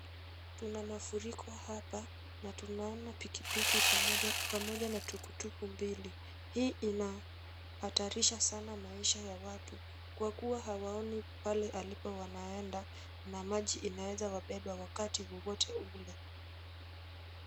Tuna mafuriko hapa na tunaona pikipiki pamoja na tuktuk mbili. Hii inahatarisha sana maisha ya watu kwa kuwa hawaoni pale alipo wanaenda na maji inaweza wabeba wakati wowote ule.